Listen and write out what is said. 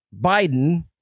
Biden